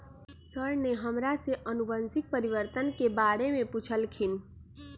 sir ने हमरा से अनुवंशिक परिवर्तन के बारे में पूछल खिन